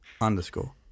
underscore